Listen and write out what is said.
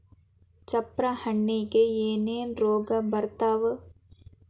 ಚಪ್ರ ಹಣ್ಣಿಗೆ ಏನೇನ್ ರೋಗ ಬರ್ತಾವ?